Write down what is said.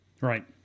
Right